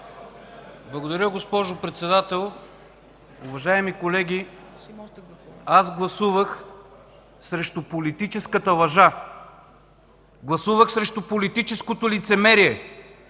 Благодаря, госпожо Председател. Уважаеми колеги, гласувах срещу политическата лъжа! Гласувах срещу политическото лицемерие!